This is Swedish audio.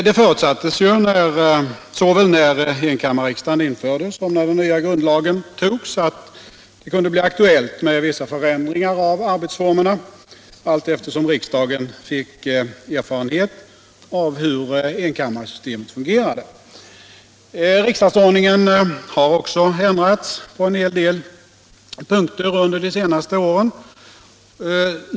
Det förutsattes såväl när enkammarriksdagen infördes som när den nya grundlagen antogs att det kunde bli aktuellt med vissa förändringar av arbetsformerna allteftersom riksdagen fick erfarenhet av hur enkammarsystemet fungerade. Riksdagsordningen har också ändrats på en hel del punkter under de senaste åren.